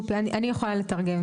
אני מכיר את